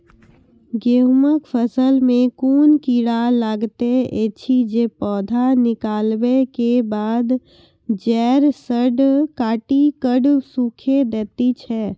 गेहूँमक फसल मे कून कीड़ा लागतै ऐछि जे पौधा निकलै केबाद जैर सऽ काटि कऽ सूखे दैति छै?